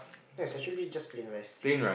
that's actually just plain rice